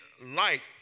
light